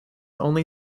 only